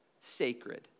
sacred